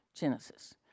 Genesis